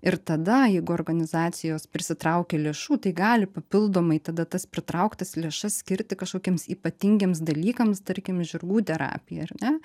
ir tada jeigu organizacijos prisitraukia lėšų tai gali papildomai tada tas pritrauktas lėšas skirti kažkokiems ypatingiems dalykams tarkim žirgų terapijai ar ne